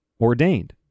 ordained